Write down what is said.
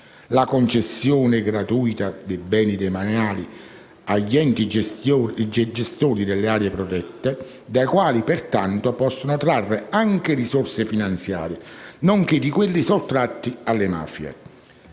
la concessione gratuita dei beni demaniali agli enti gestori delle aree protette, dai quali pertanto questi possono trarre anche risorse finanziarie, nonché di quelli sottratti alle mafie;